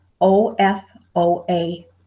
O-F-O-A